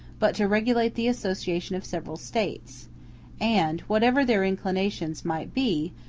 but to regulate the association of several states and, whatever their inclinations might be,